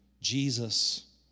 Jesus